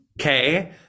okay